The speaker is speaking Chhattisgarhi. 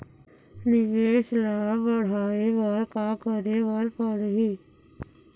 निवेश ला बड़हाए बर का करे बर लगही?